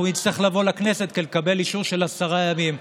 אנחנו נצטרך לבוא לכנסת כדי לקבל אישור של עשרה ימים.